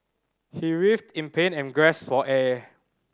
he writhed in pain and for air